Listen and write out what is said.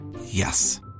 Yes